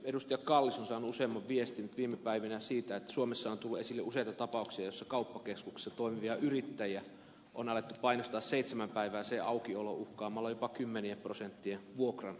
kallis on saanut useamman viestin viime päivinä siitä että suomessa on tullut esille useita tapauksia joissa kauppakeskuksissa toimivia yrittäjiä on alettu painostaa seitsemänpäiväiseen auki oloon uhkaamalla jopa kymmenien prosenttien vuokrankorotuksilla